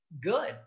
good